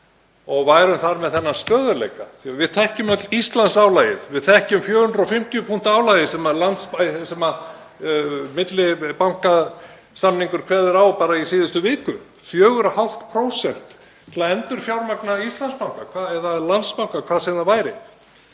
og værum þar með þennan stöðugleika. Því að við þekkjum öll Íslandsálagið, við þekkjum 450 punkta álagið sem millibankasamningur kveður á um, bara í síðustu viku, 4,5% til að endurfjármagna Íslandsbanka eða Landsbanka, hvað sem það væri.